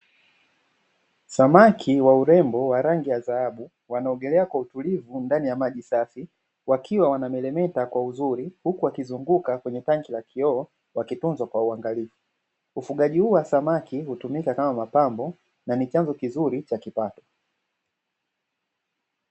Samaki wa urembo wa rangi ya dhahabu wanaogelea kwa utulivu ndani ya maji safi. Wakiwa wanamelemeta kwa uzuri huku wakizunguka kwenye tanki la kioo, wakitunzwa kwa uangalifu. Ufugaji huu wa samaki hutumika kama mapambo na ni chanzo kizuri cha kipato.